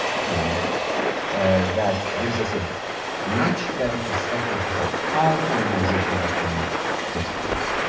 period that gives us a much better perspective of how canonization actually takes place.